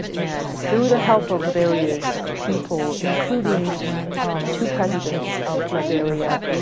and through the help of various people including two presidents of liberia.